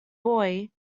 boy